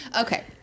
Okay